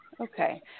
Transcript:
Okay